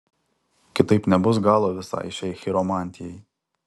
kitaip nebus galo visai šiai chiromantijai